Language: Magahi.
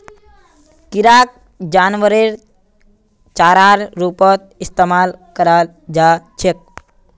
किराक जानवरेर चारार रूपत इस्तमाल कराल जा छेक